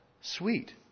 sweet